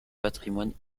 patrimoine